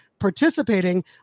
Participating